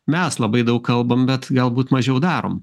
mes labai daug kalbam bet galbūt mažiau darom